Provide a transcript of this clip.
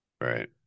right